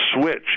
switch